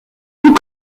tout